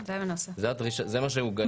זה מה שהוגש.